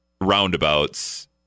roundabouts